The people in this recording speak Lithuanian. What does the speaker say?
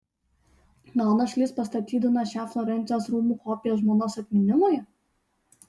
gal našlys pastatydino šią florencijos rūmų kopiją žmonos atminimui